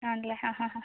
ആ ഉണ്ട് അല്ലേ ഹാ ഹാ ഹാ